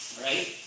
Right